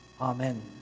Amen